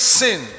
sin